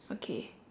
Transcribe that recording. okay